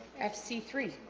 f c three